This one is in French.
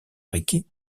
riquet